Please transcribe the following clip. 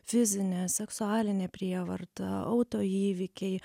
fizinė seksualinė prievarta autoįvykiai